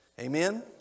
Amen